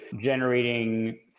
generating